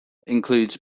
includes